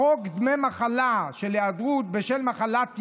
בחוק דמי מחלה (היעדרות בשל מחלת ילד)